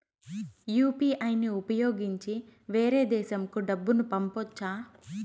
UPI ని ఉపయోగించి వేరే దేశంకు డబ్బును పంపొచ్చా?